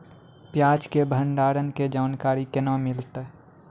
प्याज के भंडारण के जानकारी केना मिलतै?